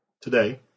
today